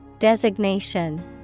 Designation